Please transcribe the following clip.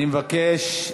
סליחה, אני מבקש.